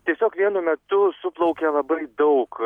tiesiog vienu metu suplaukė labai daug